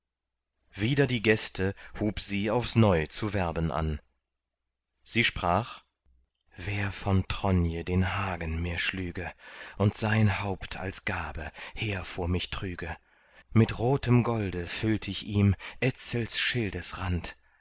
wider die gäste hub sie aufs neu zu werben an sie sprach wer von tronje den hagen mir schlüge und sein haupt als gabe her vor mich trüge mit rotem golde füllt ich ihm etzels